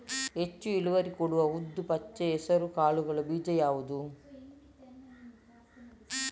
ಹೆಚ್ಚು ಇಳುವರಿ ಕೊಡುವ ಉದ್ದು, ಪಚ್ಚೆ ಹೆಸರು ಕಾಳುಗಳ ಬೀಜ ಯಾವುದು?